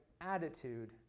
attitude